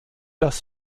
das